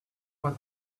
what